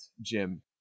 Jim